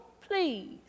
please